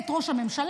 את ראש הממשלה,